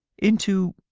into.